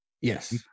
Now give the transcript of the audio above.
Yes